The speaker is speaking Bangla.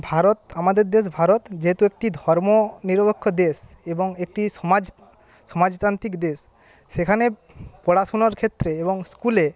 ভারত আমাদের দেশ ভারত যেহেতু একটি ধর্ম নিরপেক্ষ দেশ এবং একটি সমাজ সমাজতান্ত্রিক দেশ সেখানে পড়াশুনার ক্ষেত্রে এবং স্কুলে